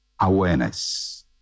awareness